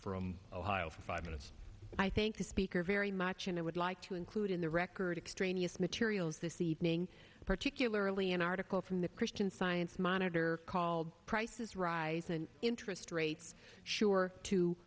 from ohio for five minutes i thank the speaker very much and i would like to include in the record extraneous materials this evening particularly an article from the christian science monitor called prices rise and interest rates sure to